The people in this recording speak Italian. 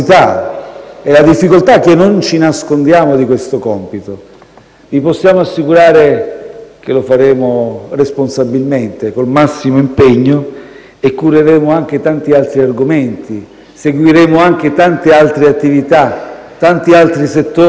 e la difficoltà, che non ci nascondiamo, di questo compito. Vi possiamo assicurare che lo faremo responsabilmente, con il massimo impegno, e cureremo anche tanti altri argomenti. Seguiremo anche tante altre attività, tanti altri settori: